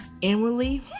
inwardly